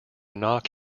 knock